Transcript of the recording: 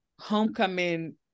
homecoming